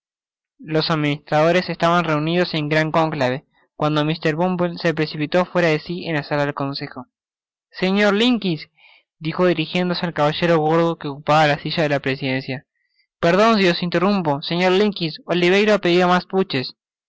los administradores estaban reunidos en gran conclave cuando mr bumble se precipitó fuera de si en la sala del consejo señor limbkins dijo dirijiéndose al caballero gordo que ocupaba la silla de la presidencia perdon si os interrumpo señor limbkins oliverio ha pedido mas puches un